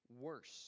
worse